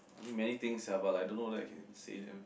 I mean many things sia but I don't know whether I can say them